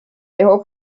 dejó